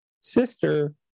sister